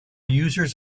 users